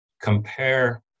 compare